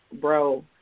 bro